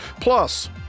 Plus